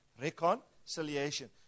reconciliation